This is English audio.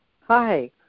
Hi